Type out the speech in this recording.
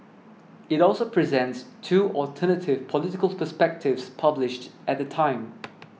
it also presents two alternative political perspectives published at the time